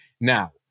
Now